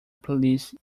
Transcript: playlist